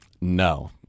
No